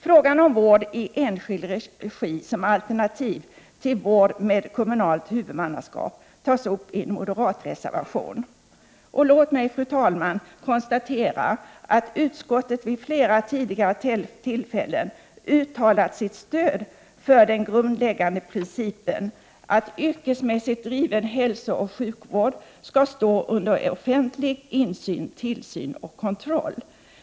Frågan om vård i enskild regi som alternativ till vård med kommunalt huvudmannaskap tas upp i en moderat reservation. Låt mig, fru talman, konstatera att utskottet vid flera tidigare tillfällen uttalat sitt stöd för den grundläggande principen att all yrkesmässigt bedriven hälsooch sjukvård skall stå under offentlig insyn, tillsyn och kontroll.